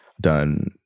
done